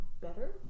better